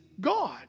God